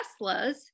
Teslas